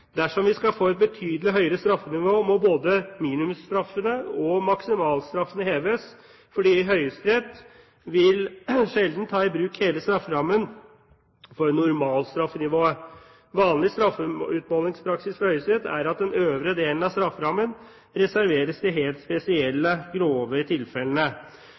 Dersom vi skal få et betydelig høyere straffenivå, må både minimumsstraffene og maksimalstraffene heves, fordi Høyesterett sjelden vil ta i bruk hele strafferammen for normalstraffenivået. Vanlig straffeutmålingspraksis fra Høyesterett er at den øvre delen av strafferammen reserveres de helt spesielle, grovere tilfellene.